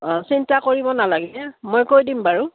অঁ চিন্তা কৰিব নালাগে মই কৈ দিম বাৰু